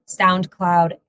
SoundCloud